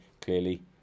clearly